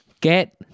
get